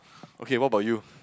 okay what about you